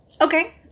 Okay